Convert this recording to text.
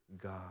God